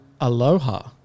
Aloha